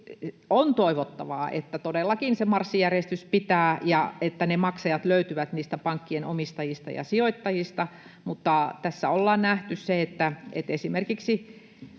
on toivottavaa, että todellakin se marssijärjestys pitää ja että ne maksajat löytyvät niistä pankkien omistajista ja sijoittajista, mutta tässä ollaan nähty se, että esimerkiksi